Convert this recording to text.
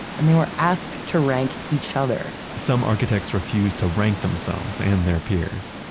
and they were asked to rank each other some architects refused to rank themselves and their peers.